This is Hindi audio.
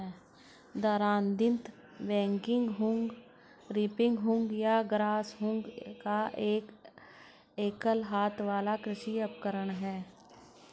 दरांती, बैगिंग हुक, रीपिंग हुक या ग्रासहुक एक एकल हाथ वाला कृषि उपकरण है